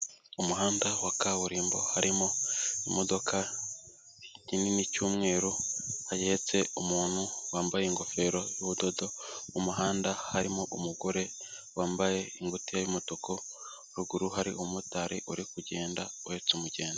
Umuhanda wa kaburimbo harimo ikimidoka kinini cy'umweru hageretse umuntu wambaye ingofero y'ubudodo mumuhanda harimo umugore wambaye ingutiya y'umutuku ruguru hari umumotari uri kugenda uhetse umugenzi.